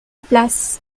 place